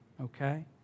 Okay